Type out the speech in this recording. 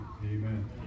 Amen